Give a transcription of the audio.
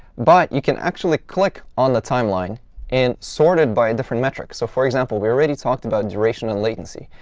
but you can actually click on the timeline and sort it by a different metrics. so, for example, we already talked about duration and latency.